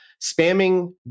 spamming